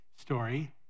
story